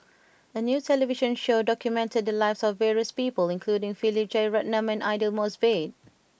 a new television show documented the lives of various people including Philip Jeyaretnam and Aidli Mosbit